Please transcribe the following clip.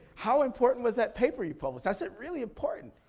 how important was that paper you published? i said, really important.